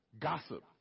Gossip